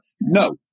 No